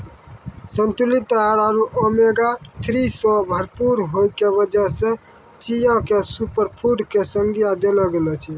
संतुलित आहार आरो ओमेगा थ्री सॅ भरपूर होय के वजह सॅ चिया क सूपरफुड के संज्ञा देलो गेलो छै